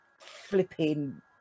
flipping